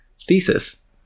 thesis